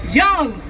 young